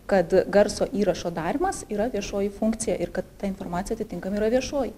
kad garso įrašo darymas yra viešoji funkcija ir kad ta informacija atitinkamai yra viešoji